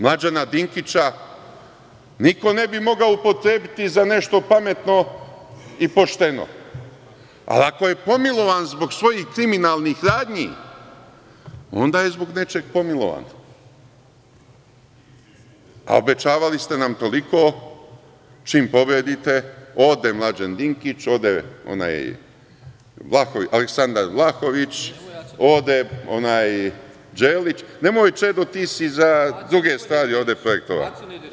Mlađana Dinkića niko ne bi mogao upotrebiti za nešto pametno i pošteno, ali ako je pomilovan zbog svojih kriminalnih radnji, onda je zbog nečega pomilovan, a obećavali ste nam toliko čim pobedite ode Mlađan Dinkić, ode Aleksandar Vlahović, ode Đelić. (Čedomir Jovanović: Nemoj Acu da mi diraš.) Nemoj Čedo, ti si za druge stvari ovde projektovan.